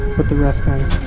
put the rest kind of